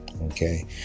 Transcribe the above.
okay